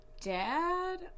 dad